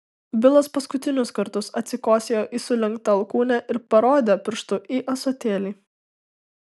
bilas paskutinius kartus atsikosėjo į sulenktą alkūnę ir parodė pirštu į ąsotėlį